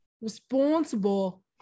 responsible